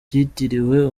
byitiriwe